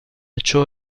ciò